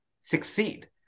succeed